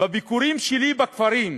בביקורים שלי בכפרים,